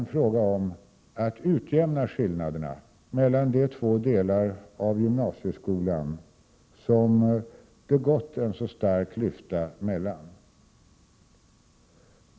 Det är fråga om att utjämna skillnaderna mellan de två delar av gymnasieskolan som det har varit en så stor klyfta emellan.